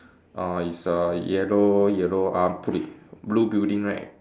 uh it's a yellow yellow how to put it blue building right